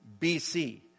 BC